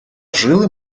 жили